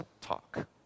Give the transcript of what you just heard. talk